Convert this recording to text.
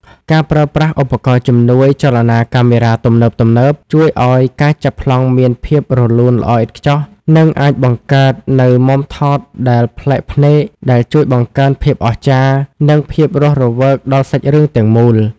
ការប្រើប្រាស់ឧបករណ៍ជំនួយចលនាកាមេរ៉ាទំនើបៗ ជួយឱ្យការចាប់ប្លង់មានភាពរលូនល្អឥតខ្ចោះ និងអាចបង្កើតនូវមុំថតដែលប្លែកភ្នែក ដែលជួយបង្កើនភាពអស្ចារ្យ និងភាពរស់រវើកដល់សាច់រឿងទាំងមូល។